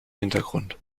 hintergrund